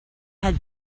had